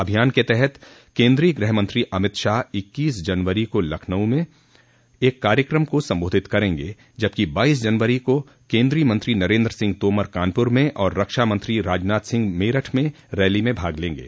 अभियान के तहत केन्द्रीय गृह मंत्री अमित शाह इक्कीस जनवरी का लखनऊ में एक कार्यक्रम को सम्बोधित करेंगे जबकि बाइस जनवरी को केन्द्रीय मंत्री नरेन्द्र सिंह तोमर कानपुर में और रक्षा मंत्री राजनाथ सिंह मेरठ में रैली में भाग लेंगे